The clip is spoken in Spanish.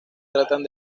tratan